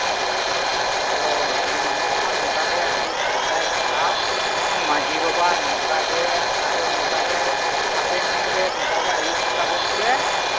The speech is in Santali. ᱦᱳᱭ ᱤᱧ ᱦᱚᱸ ᱱᱚᱝᱠᱟᱜᱮ ᱟᱹᱰᱤ ᱥᱟᱭ ᱥᱟᱭ ᱥᱟᱨᱦᱟᱣ ᱢᱟᱺᱡᱷᱤ ᱵᱟᱵᱟ ᱱᱚᱝᱠᱟᱜᱮ ᱦᱟᱯᱮᱱ ᱫᱤᱱᱨᱮ ᱱᱚᱝᱠᱟᱜᱮ ᱟᱹᱭᱩᱨ ᱠᱚᱛᱟ ᱵᱚᱱ ᱯᱮ